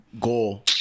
goal